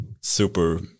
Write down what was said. super